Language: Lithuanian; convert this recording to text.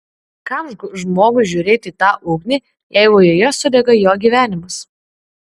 kam žmogui žiūrėti į tą ugnį jeigu joje sudega jo gyvenimas